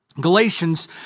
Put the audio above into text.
Galatians